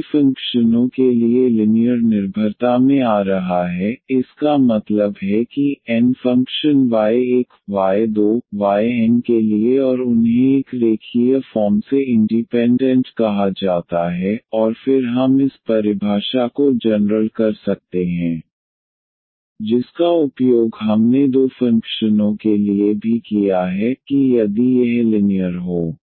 कई फंक्शनों के लिए लिनीयर निर्भरता में आ रहा है इसका मतलब है कि n function y1 y2 yn के लिए और उन्हें एक रेखीय फॉर्म से इंडीपेंडेंट कहा जाता है और फिर हम इस परिभाषा को जनरल कर सकते हैं जिसका उपयोग हमने दो फंक्शनों के लिए भी किया है कि यदि यह लिनियर c1y1c2y2⋯cnyn0⇒c1c2⋯cn0